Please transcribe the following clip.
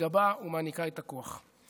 מגבה ומעניקה את הכוח.